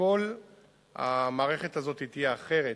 וכל המערכת הזאת תהיה אחרת,